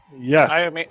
Yes